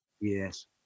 yes